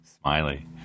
Smiley